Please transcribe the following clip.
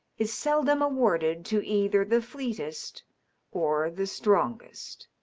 is seldom awarded to either the fleetest or the strongest.